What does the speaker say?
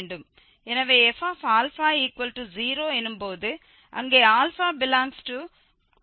எனவே f0 எனும் போது அங்கே α∈ab இருக்கும்